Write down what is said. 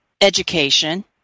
education